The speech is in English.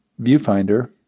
viewfinder